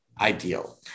ideal